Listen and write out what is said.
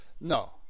No